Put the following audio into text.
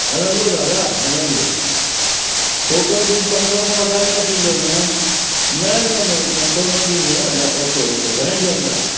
हलंदो दादा हलंदो टोटल बिल पंज सौ खां मथे त थींदो न न न न पंज सौ न थींदो न ब ओके ओके घणे जे अंदर आहे